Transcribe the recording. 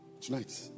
Tonight